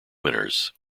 winners